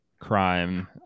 crime